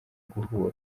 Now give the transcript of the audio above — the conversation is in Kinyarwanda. guhura